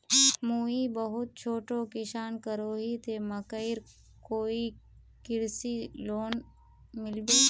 मुई बहुत छोटो किसान करोही ते मकईर कोई कृषि लोन मिलबे?